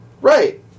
Right